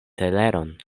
teleron